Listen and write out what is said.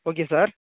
okay sir